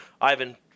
Ivan